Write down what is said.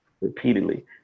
repeatedly